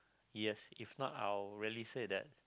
yes if not I will really say that